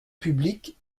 public